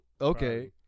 okay